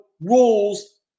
rules